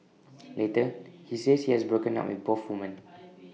later he says he has broken up with both women